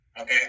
Okay